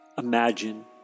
Imagine